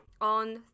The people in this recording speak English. on